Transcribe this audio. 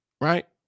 right